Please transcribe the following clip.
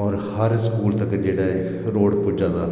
और हर स्कूल तक जेह्ड़ा एह् रोड़ पुज्जा दा